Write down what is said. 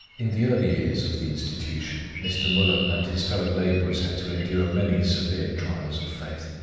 in the early years of the institution mr. muller and his fellow labourers had to endure many severe trials of faith,